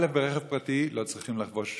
ראשית, ברכב פרטי לא צריכים לחבוש מסכה,